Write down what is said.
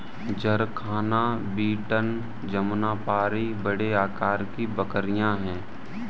जरखाना बीटल जमुनापारी बड़े आकार की बकरियाँ हैं